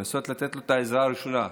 לנסות לתת לו את העזרה הראשונה,